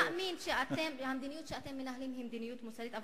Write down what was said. אתם יכולים להאמין שהמדיניות שאתם מנהלים היא מדיניות מוסרית.